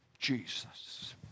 Jesus